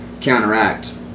counteract